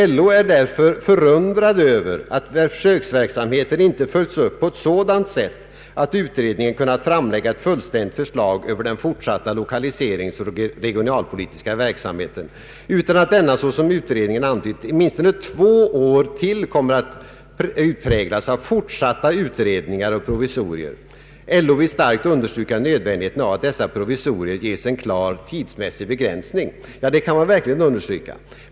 LO är därför förundrad över att försöksverksamheten inte följts upp på ett sådant sätt att utredningen kunnat framlägga ett fullständigt förslag över den fortsatta lokaliseringsoch regionalpolitiska verksamheten, utan att denna såsom utredningen antytt, i åtminstone två år till kommer att präglas av fortsatta utredningar och provisorier. LO vill starkt understryka nödvändigheten av att dessa provisorier ges en klar tidsmässig begränsning.” Det kan man verkligen understryka.